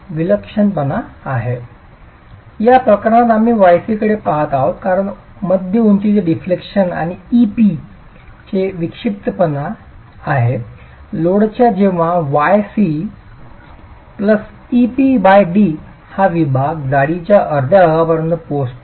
तर या प्रकरणात आम्ही yc कडे पहात आहोत कारण मध्य उंचीचे डिफ्लेक्शन आणि ep हे विक्षिप्तपणा आहे लोडच्या इतका जेव्हा y Cepd हा विभाग जाडीच्या अर्ध्या भागापर्यंत पोहोचतो